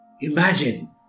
imagine